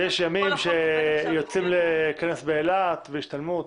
יש ימים שיוצאים לכנס באילת להשתלמות.